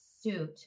suit